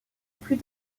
plus